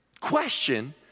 question